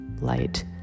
light